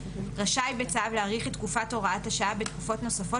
רשאי להאריך בצו את תקופת הוראת השעה בתקופות נוספות